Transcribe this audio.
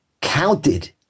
counted